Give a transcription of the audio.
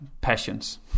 passions